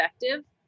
effective